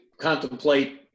contemplate